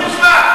איזו חוצפה.